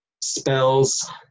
spells